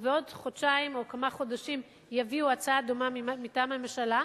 ובעוד חודשיים או כמה חודשים יביאו הצעה דומה מטעם הממשלה,